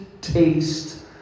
taste